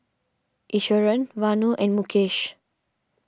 Iswaran Vanu and Mukesh